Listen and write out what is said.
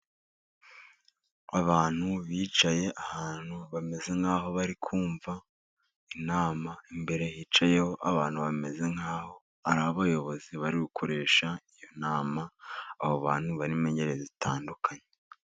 Abantu bicaye ahantu bameze nk'aho bari kumva inama. Imbere hicayeho abantu bameze nk'aho ari abayobozi bari gukoresha iyo nama. Abo bantu barimo ingeri zitandukanye.